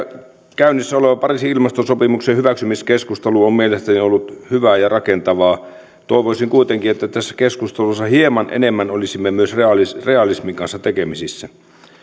käynnissä oleva pariisin ilmastosopimuksen hyväksymiskeskustelu on mielestäni ollut hyvää ja rakentavaa toivoisin kuitenkin että tässä keskustelussa hieman enemmän olisimme myös realismin kanssa tekemisissä